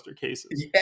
cases